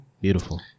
Beautiful